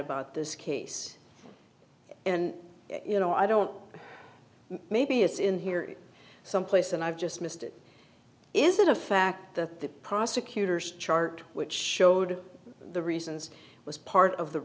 about this case and you know i don't maybe it's in here someplace and i've just missed it is it a fact that the prosecutor's chart which showed the reasons was part of the